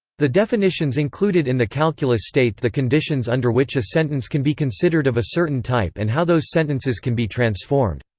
the definitions included in the calculus state the conditions under which a sentence can be considered of a certain type and how those sentences can be transformed.